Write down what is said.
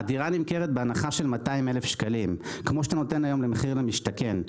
הדירה נמכרת בהנחה של 200 אלף שקלים כמו שאתה נותן היום למחיר למשתכן.